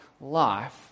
life